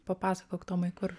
papasakok tomai kur